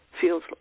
feels